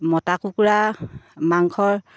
মতা কুকুৰা মাংসৰ